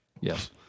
yes